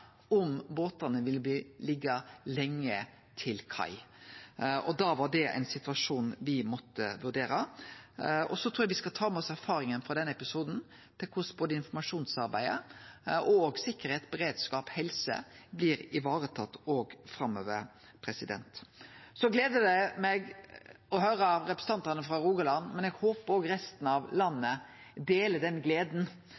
om båtane ville bli liggjande lenge til kai. Da var det ein situasjon me måtte vurdere. Eg trur me skal ta med oss erfaringa frå den episoden om korleis både informasjonsarbeid, sikkerheit, beredskap og helse blir varetatt framover. Det gleder meg å høyre representantane frå Rogaland, men eg håper òg resten av